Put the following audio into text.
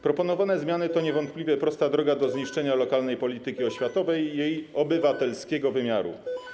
Proponowane zmiany to niewątpliwie prosta droga do zniszczenia lokalnej polityki oświatowej i jej obywatelskiego wymiaru.